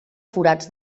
forats